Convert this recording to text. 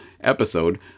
episode